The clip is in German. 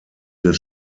des